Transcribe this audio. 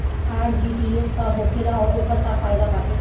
RTGS का होखेला और ओकर का फाइदा बाटे?